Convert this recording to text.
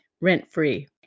rent-free